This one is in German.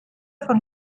von